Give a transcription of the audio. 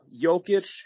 Jokic